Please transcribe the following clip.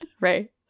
Right